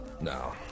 No